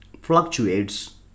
fluctuates